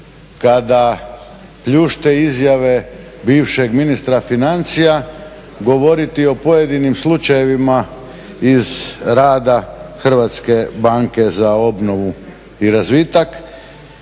kada pljušte izjave bivšeg ministra financija govoriti o pojedinim slučajevima iz rada HBOR-a pa sam vam